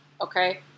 okay